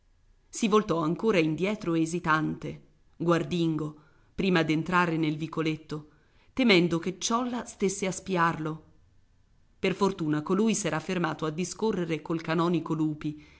si voltò ancora indietro esitante guardingo prima d'entrare nel vicoletto temendo che ciolla stesse a spiarlo per fortuna colui s'era fermato a discorrere col canonico lupi